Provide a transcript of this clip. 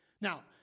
Now